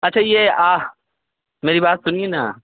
اچھا یہ آہ میری بات سنیے نا